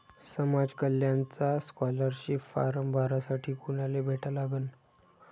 समाज कल्याणचा scholarship form भरासाठी कुनाले भेटा लागन?